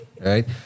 right